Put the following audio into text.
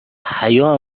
حیا